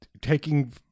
taking